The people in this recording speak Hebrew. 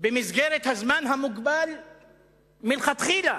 במסגרת הזמן המוגבל מלכתחילה